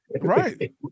Right